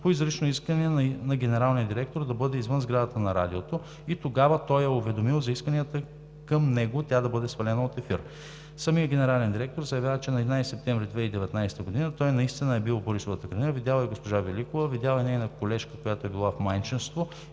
по изрично искане на генералния директор да бъде извън сградата на Радиото и тогава той я е уведомил за исканията към него тя да бъде свалена от ефир. Самият генерален директор заявява, че на 11 септември 2019 г. той наистина е бил в Борисовата градина – видял е госпожа Великова, видял е нейна колежка, която е била в майчинство